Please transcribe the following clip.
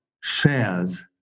shares